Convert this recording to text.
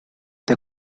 the